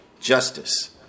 Justice